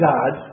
God